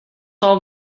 all